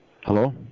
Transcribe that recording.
Hello